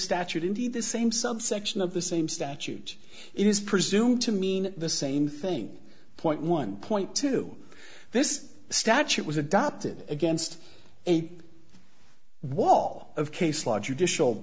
statute indeed the same subsection of the same statute it is presumed to mean the same thing point one point two this statute was adopted against aids wall of case law judicial